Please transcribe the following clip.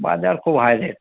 বাজার খুব high rate